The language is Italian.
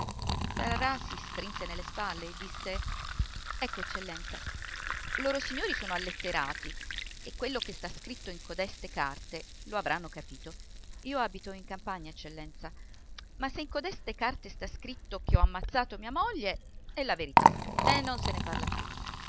tararà si strinse nelle spalle e disse ecco eccellenza loro signori sono alletterati e quello che sta scritto in codeste carte lo avranno capito io abito in campagna eccellenza ma se in codeste carte sta scritto che ho ammazzato mia moglie è la verità e non se ne parla più